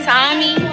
Tommy